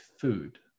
food